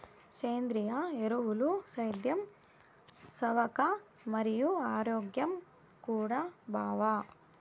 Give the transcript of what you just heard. సేంద్రియ ఎరువులు సేద్యం సవక మరియు ఆరోగ్యం కూడా బావ